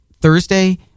Thursday